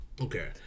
Okay